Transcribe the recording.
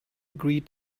agreed